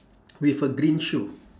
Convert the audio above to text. with a green shoe